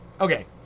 Okay